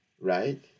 right